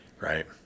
Right